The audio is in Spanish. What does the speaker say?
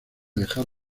dejar